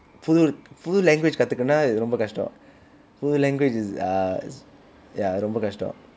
புது புது:puthu puthu language கற்றுக்குனும்னா ரொம்ப கஷ்டம் புது:katrukkunumnaa romba kashtam puthu language is ah ya ரொம்ப கஷ்டம்:romba kashtam